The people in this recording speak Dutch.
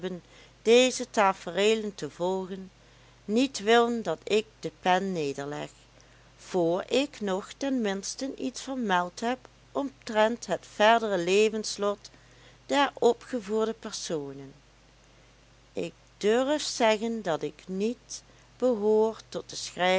deze tafereelen te volgen niet willen dat ik de pen nederleg voor ik nog ten minsten iets vermeld heb omtrent het verdere levenslot der opgevoerde personen ik durf zeggen dat ik niet behoor tot de